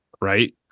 Right